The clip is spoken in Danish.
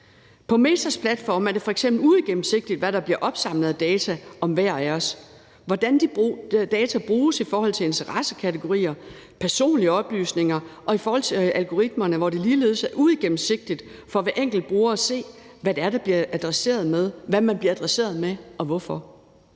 På Metas platforme er det f.eks. uigennemsigtigt, hvad der bliver opsamlet af data om hver af os, hvordan de data bruges i forhold til interessekategorier, personlige oplysninger, og i forhold til algoritmerne, hvor det ligeledes er uigennemsigtigt for hver enkelt bruger at se, hvad man bliver adresseret med og hvorfor.